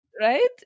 Right